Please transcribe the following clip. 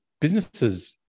businesses